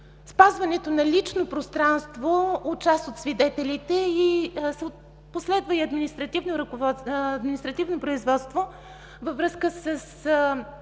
спазването на лично пространство на част от свидетелите и последва и административно производство във връзка с